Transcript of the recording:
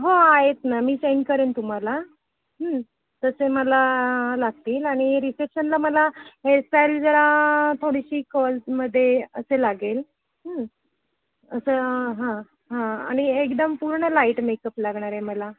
हो आहेत ना मी सेंड करेन तुम्हाला तसे मला लागतील आणि रिसेप्शनला मला हेअरस्टाईल जरा थोडीशी कर्ल्समध्ये असे लागेल असं हां हां आणि एकदम पूर्ण लाईट मेकअप लागणार आहे मला